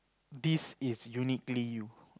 this is uniquely you